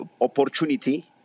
opportunity